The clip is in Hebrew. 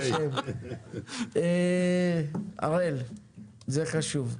זה חשוב.